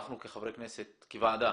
אנחנו כחברי כנסת, כוועדה,